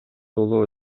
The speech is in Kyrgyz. уулу